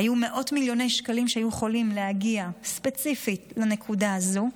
היו מאות מיליוני שקלים שהיו יכולים להגיע ספציפית לנקודה הזאת,